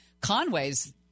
Conway's